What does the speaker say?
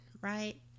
right